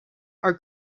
are